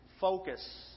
focus